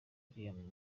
ari